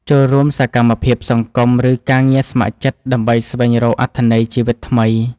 ចូលរួមសកម្មភាពសង្គម ឬការងារស្ម័គ្រចិត្ត ដើម្បីស្វែងរកអត្ថន័យជីវិតថ្មី។